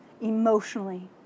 emotionally